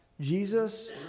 Jesus